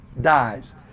dies